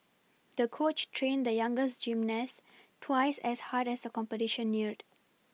the coach trained the young gymnast twice as hard as the competition neared